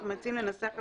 זה מכסה את